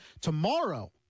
Tomorrow